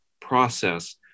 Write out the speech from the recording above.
process